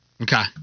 Okay